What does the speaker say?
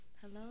Hello